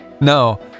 No